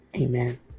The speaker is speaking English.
Amen